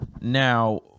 Now